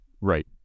Right